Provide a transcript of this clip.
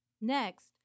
Next